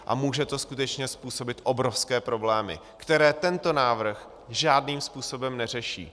A může to skutečně způsobit obrovské problémy, které tento návrh žádným způsobem neřeší.